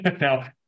Now